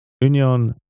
Union